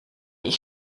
ich